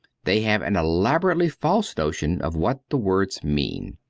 they have an elaborately false notion of what the words mean.